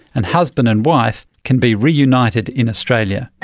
and husband and wife can be reunited in australia.